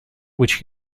which